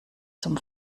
zum